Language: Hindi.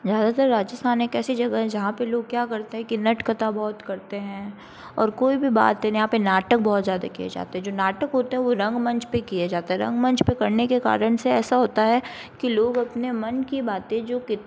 ज़्यादातर राजस्थान एक ऐसी जगह है जहाँ पे लोग क्या करते हैं कि नट कथा बहौत करते हैं और कोई भी बात है यहाँ पे नाटक बहुत ज़्यादा किए जाते हैं जो नाटक होते हैं वो रंगमंच पे किए जाते हैं रंगमंच पे करने के कारण से ऐसा होता है कि लोग अपने मन की बातें जो कित